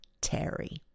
Terry